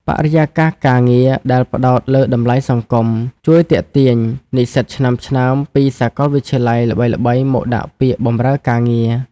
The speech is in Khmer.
បរិយាកាសការងារដែលផ្ដោតលើតម្លៃសង្គម ជួយទាក់ទាញនិស្សិតឆ្នើមៗពីសាកលវិទ្យាល័យល្បីៗមកដាក់ពាក្យបម្រើការងារ។